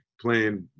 playing